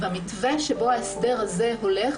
במתווה שבו ההסדר הזה הולך,